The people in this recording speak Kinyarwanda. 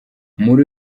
muri